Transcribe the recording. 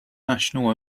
national